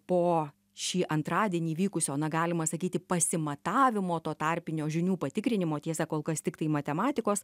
po šį antradienį vykusio na galima sakyti pasimatavimo to tarpinio žinių patikrinimo tiesa kol kas tiktai matematikos